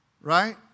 Right